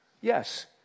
Yes